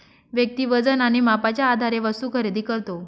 व्यक्ती वजन आणि मापाच्या आधारे वस्तू खरेदी करतो